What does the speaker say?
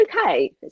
okay